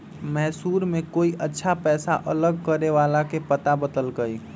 मैसूर में कोई अच्छा पैसा अलग करे वाला के पता बतल कई